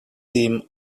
team